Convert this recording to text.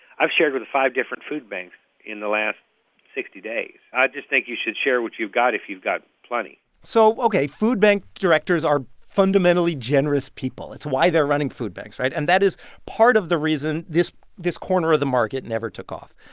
i've shared with five different food banks in the last sixty days. i just think should share what you've got if you've got plenty so, ok, food bank directors are fundamentally generous people. it's why they're running food banks, right? and that is part of the reason this this corner of the market never took off.